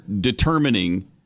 determining